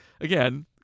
again